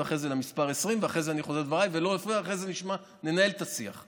ואחרי זה המספר 20 ואחרי זה אני אסיים את דבריי ואז ננהל את השיח.